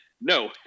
no